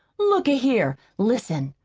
look a-here, listen!